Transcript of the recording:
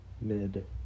mid